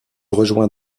rejoint